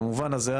במובן הזה,